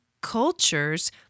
cultures